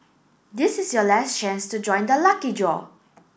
this is your last chance to join the lucky draw